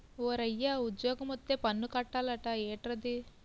ఓరయ్యా ఉజ్జోగమొత్తే పన్ను కట్టాలట ఏట్రది